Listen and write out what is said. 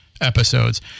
episodes